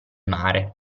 mare